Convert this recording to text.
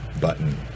button